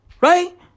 Right